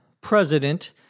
president